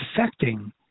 affecting